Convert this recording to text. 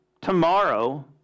tomorrow